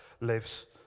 lives